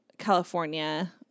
California